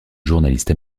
journaliste